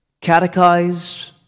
catechized